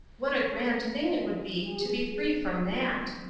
what a grand thing it would be to be free from that!